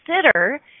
consider